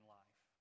life